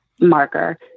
marker